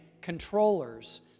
controllers